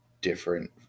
different